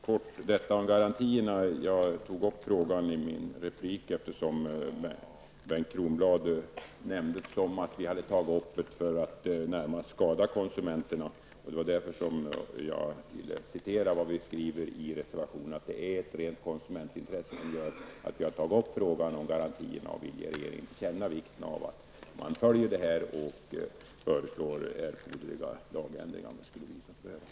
Fru talman! Frågan om garantierna berörde jag i min replik eftersom Bengt Kronblad sade att vi hade tagit upp den frågan för att närmast skada konsumenterna. Jag ville citera vad vi skriver i reservationen -- att det är ett rent konsumentintresse som gör att vi tar upp frågan om garantierna och vill ge regeringen till känna vikten av att man följer denna fråga och föreslår lagändringar, om det skulle visa sig behövas.